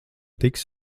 tiks